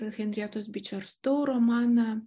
henrietos bičersto romaną